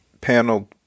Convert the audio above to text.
panel